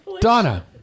Donna